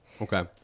Okay